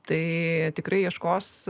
tai tikrai ieškos